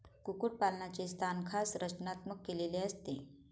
कुक्कुटपालनाचे स्थान खास रचनात्मक केलेले असते